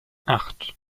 acht